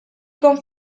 con